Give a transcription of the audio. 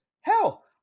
Hell